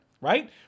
right